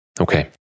Okay